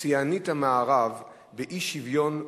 "שיאנית המערב באי-שוויון ובעוני",